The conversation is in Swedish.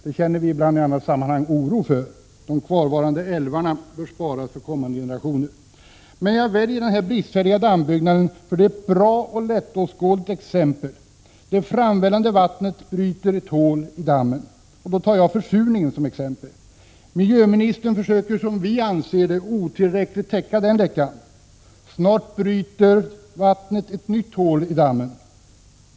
Det känner vi ibland i andra sammanhang oro för. De kvarvarande älvarna bör sparas för kommande generationer. Jag väljer den bristfälliga dammbyggnaden för att det är ett bra och lättåskådligt exempel. Det framvällande vattnet bryter ett hål i dammen. Jag tar försurningen som exempel. Miljöministern försöker som vi ser det otillräckligt täcka den läckan. Snart bryter vattnet ett nytt hål i dammen.